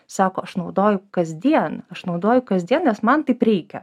sako aš naudoju kasdien aš naudoju kasdien nes man taip reikia